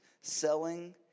selling